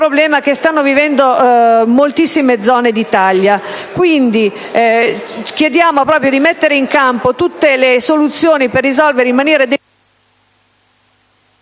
problema che stanno vivendo moltissime zone d'Italia. Chiediamo quindi di mettere in campo tutte le soluzioni possibili per risolvere in maniera